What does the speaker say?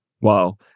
Wow